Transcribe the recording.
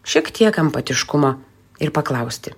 šiek tiek empatiškumo ir paklausti